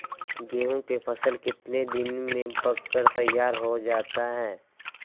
गेंहू के फसल कितने दिन में पक कर तैयार हो जाता है